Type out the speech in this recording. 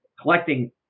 collecting